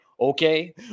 Okay